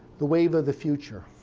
the wave of the future.